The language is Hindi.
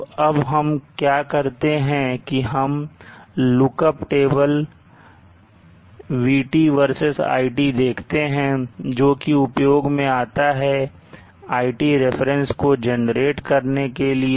तो अब हम क्या करते हैं की हम lookup table vT versus iT देखते हैं जोकि उपयोग में आता है iT रेफरेंस को जनरेट करने के लिए